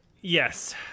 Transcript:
Yes